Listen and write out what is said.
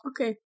Okay